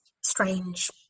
strange